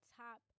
top